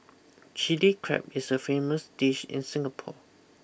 Chilli Crab is a famous dish in Singapore